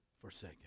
forsaken